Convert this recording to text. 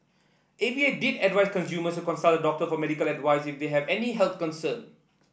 A V A did advice consumers to consult a doctor for medical advice if they have any health concern